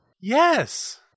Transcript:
Yes